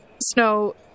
Snow